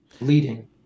leading